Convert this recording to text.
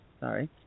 Sorry